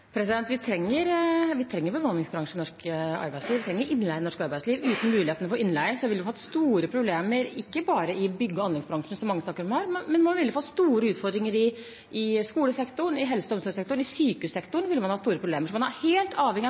Vi trenger bemanningsbyråene i norsk arbeidsliv, vi trenger innleie i norsk arbeidsliv. Uten muligheten for innleie ville vi fått store problemer ikke bare i bygge- og anleggsbransjen, som mange snakker om her, men man ville få store utfordringer i skolesektoren, i helse- og omsorgssektoren – i sykehussektoren ville man hatt store problemer. Så man er helt avhengig av